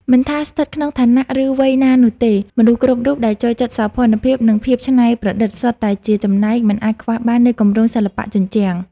មិនថាស្ថិតក្នុងឋានៈ ឬវ័យណានោះទេ មនុស្សគ្រប់រូបដែលចូលចិត្តសោភ័ណភាព និងភាពច្នៃប្រឌិត សុទ្ធតែជាចំណែកមិនអាចខ្វះបាននៃគម្រោងសិល្បៈជញ្ជាំង។